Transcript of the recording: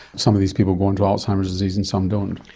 some of these people go on to alzheimer's disease and some don't.